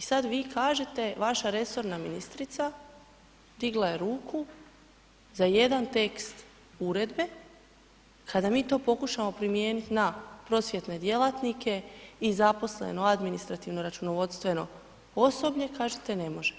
I sad vi kažete, vaša resorna ministrica digla je ruku za jedan tekst uredbe, kada mi to pokušamo primijeniti na prosvjetne djelatnike i zaposleno administrativno računovodstveno osoblje kažete ne može.